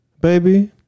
baby